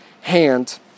hand